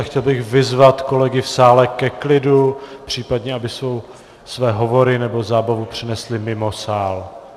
Chtěl bych vyzvat kolegy v sále ke klidu, případně aby své hovory nebo zábavu přenesli mimo sál.